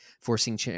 forcing